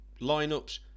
lineups